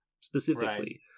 specifically